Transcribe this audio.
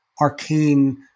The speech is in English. arcane